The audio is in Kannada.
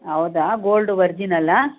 ಹೌದಾ ಗೋಲ್ಡ್ ವರ್ಜಿನಲ್ಲಾ